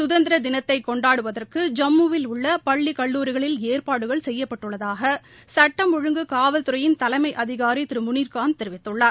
சுதந்திரதினத்தை கொண்டாடுவதற்கு ஜம்மு வில் உள்ள பள்ளி கல்லூரிகளில் ஏற்பாடுகள் செய்யப்பட்டுள்ளதாக சுட்டம் ஒழுங்கு காவல்துறையின் தலைமை அதிகாரி திரு முனிர்கான் தெரிவித்துள்ளார்